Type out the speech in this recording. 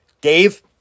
Dave